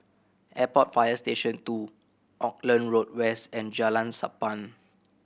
Airport Fire Station Two Auckland Road West and Jalan Sappan